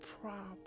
problem